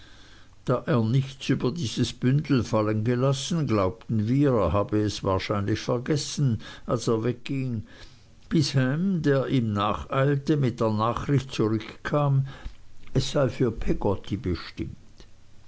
er nichts über dieses bündel fallen gelassen glaubten wir er habe es wahrscheinlich vergessen als er wegging bis ham der ihm nacheilte mit der nachricht zurückkam es sei für peggotty bestimmt